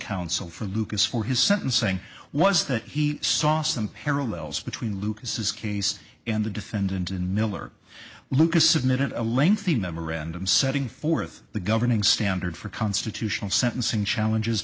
counsel for lucas for his sentencing was that he saw some parallels between lucas's case and the defendant and miller lucas submitted a lengthy memorandum setting forth the governing standard for constitutional sentencing challenges